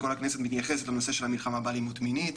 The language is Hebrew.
כל הכנסת מתייחסת למלחמה באלימות מינית.